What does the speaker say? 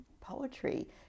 poetry